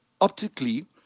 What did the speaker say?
optically